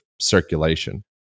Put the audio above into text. circulation